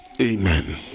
Amen